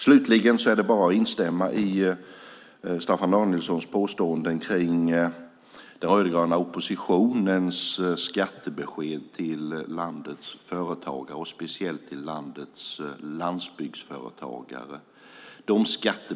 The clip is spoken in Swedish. Slutligen är det bara att instämma i Staffan Danielssons påståenden kring den rödgröna oppositionens skattebesked till landets företagare och speciellt till landets landsbygdsföretagare.